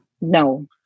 No